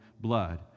blood